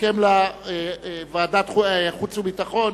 וכן לוועדת חוץ וביטחון,